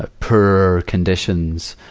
ah, poorer conditions.